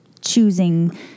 choosing